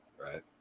right